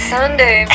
Sunday